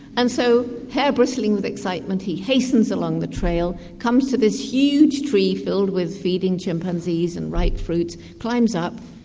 and so, hair bristling with excitement, he hastens along the trail, comes to this huge tree filled with feeding chimpanzees and ripe fruits, climbs up,